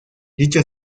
dicho